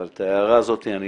אבל את ההערה הזאת אני